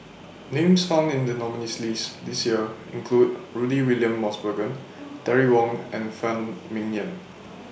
Names found in The nominees' list This Year include Rudy William Mosbergen Terry Wong and Phan Ming Yen